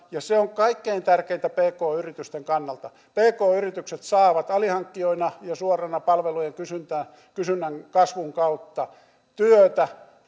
ja se on kaikkein tärkeintä pk yritysten kannalta pk yritykset saavat alihankkijoina ja suorana palvelujen kysynnän kasvun kautta työtä